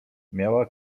miała